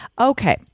Okay